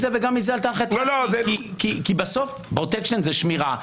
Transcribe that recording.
אבל "אחוז מזה וגם מזה - כי בסוף פרוטקשן זה שמירה,